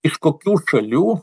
iš kokių šalių